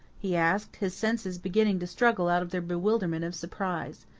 he asked, his senses beginning to struggle out of their bewilderment of surprise.